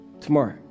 tomorrow